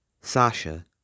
Sasha